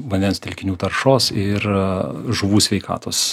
vandens telkinių taršos ir žuvų sveikatos